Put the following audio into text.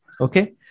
Okay